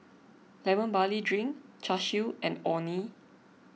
Lemon Barley Drink Char Siu and Orh Nee